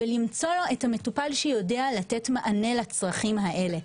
ולמצוא את המטופל שיודע לתת מענה לצרכים האלה.